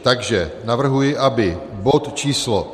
Takže navrhuji, aby bod č.